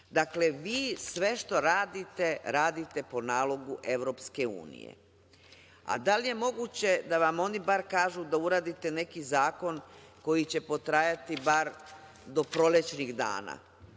itd. Dakle, vi sve što radite, radite po nalogu EU. Da li je moguće da vam oni bar kažu da uradite neki zakon koji će potrajati bar do prolećnih dana?